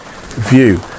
view